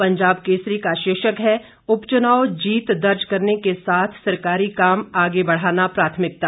पंजाब केसरी का शीर्षक है उपचुनाव जीत दर्ज करने के साथ सरकारी काम आगे बढ़ाना प्राथमिकता